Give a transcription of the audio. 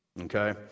Okay